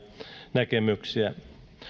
näkemyksiä